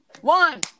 one